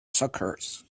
suckers